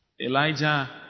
Elijah